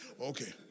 Okay